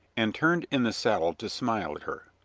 and turned in the saddle to smile at her.